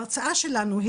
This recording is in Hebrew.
ההרצאה שלנו,